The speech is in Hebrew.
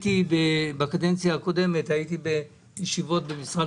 בקדנציה הקודמת הזמינו אותי לישיבות במשרד